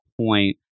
point